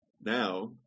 Now